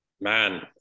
man